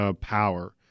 power